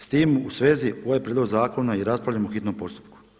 S time u svezi ovaj prijedlog zakona i raspravljamo u hitnom postupku.